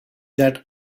that